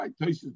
right